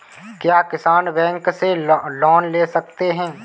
क्या किसान बैंक से लोन ले सकते हैं?